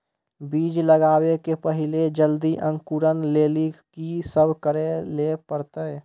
बीज लगावे के पहिले जल्दी अंकुरण लेली की सब करे ले परतै?